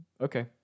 okay